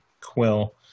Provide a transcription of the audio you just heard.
quill